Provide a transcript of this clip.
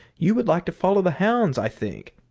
you would like to follow the hounds, i think.